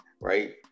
right